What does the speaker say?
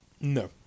No